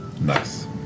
Nice